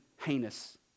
heinous